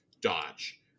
dodge